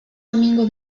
domingo